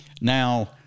now